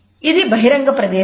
ఇది బహిరంగ ప్రదేశం